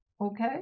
Okay